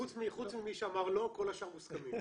חוץ ממי שאמר לא כל השאר מוסכמים.